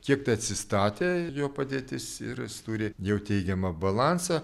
kiek tai atsistatė jo padėtis ir jis turi jau teigiamą balansą